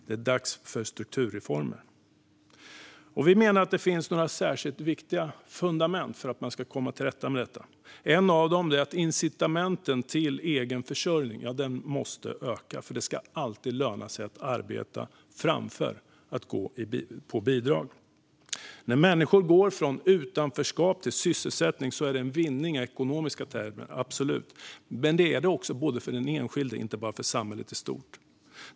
Det är dags för strukturreformer. Vi menar att det finns några särskilt viktiga fundament för att komma till rätta med detta. Ett av de viktigaste är att incitamenten till egen försörjning måste öka. Det ska alltid löna sig att arbeta framför att gå på bidrag. När människor går från utanförskap till sysselsättning är det absolut en vinning i ekonomiska termer. Men det är en vinning också för den enskilde och inte bara för samhället i stort.